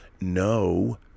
no